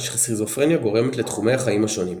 שסכיזופרניה גורמת לתחומי החיים השונים.